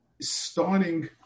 starting